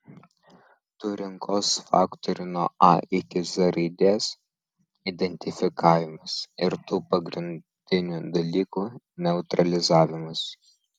tų rinkos faktorių nuo a iki z raidės identifikavimas ir tų pagrindinių dalykų neutralizavimas